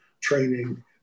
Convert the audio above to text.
training